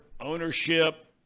ownership